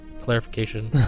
clarification